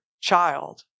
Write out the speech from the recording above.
child